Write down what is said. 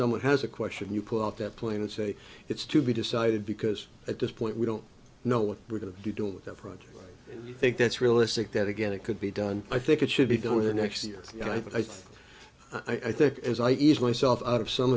someone has a question you pull off that plane it's a it's to be decided because at this point we don't know what we're going to be doing with that project you think that's realistic that again it could be done i think it should be going to next year and i think i think as i ease myself out of some